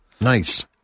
Nice